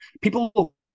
People